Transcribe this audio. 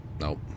Nope